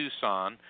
Tucson